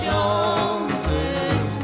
Joneses